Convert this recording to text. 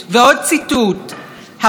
אומרת שרת המשפטים,